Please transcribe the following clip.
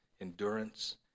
endurance